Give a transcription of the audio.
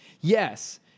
yes